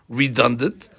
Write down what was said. redundant